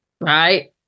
right